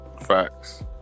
Facts